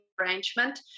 arrangement